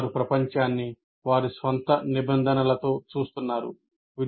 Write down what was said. వారు ప్రపంచాన్ని వారి స్వంత నిబంధనలతో చూస్తున్నారు